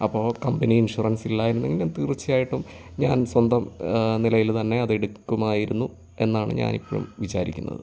അപ്പോൾ company insurance ഇല്ല എന്നെങ്കിൽ തീർച്ചയായിട്ടും ഞാൻ സ്വന്തം നിലയിൽ തന്നെ അത് എടുക്കുമായിരുന്നു എന്നാണ് ഞാൻ ഇപ്പോഴും വിചാരിക്കുന്നത്